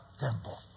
temple